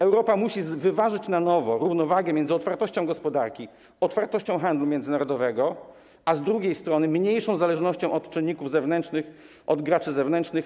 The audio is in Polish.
Europa musi wyważyć na nowo, zyskać równowagę między otwartością gospodarki, otwartością handlu międzynarodowego z jednej strony a z drugiej strony mniejszą zależnością od czynników zewnętrznych, od graczy zewnętrznych.